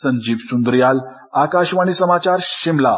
संजीव सुन्द्रियाल आकाशवाणी समाचार शिमला